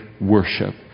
worship